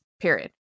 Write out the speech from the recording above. period